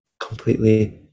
completely